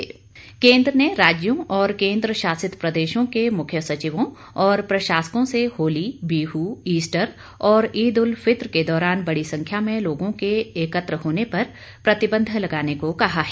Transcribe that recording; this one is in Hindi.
दिशा निर्देश केन्द्र ने राज्यों और केन्द्रशासित प्रदेशों के मुख्य सचिवों और प्रशासकों से होली बिहू ईस्टर और ईद उल फित्र के दौरान बड़ी संख्या में लोगों के एकत्र होने पर प्रतिबंध लगाने को कहा है